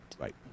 Right